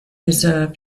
reserve